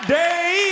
day